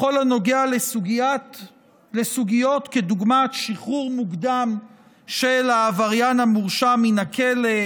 בכל הנוגע לסוגיות כדוגמת שחרור מוקדם של העבריין המורשע מן הכלא,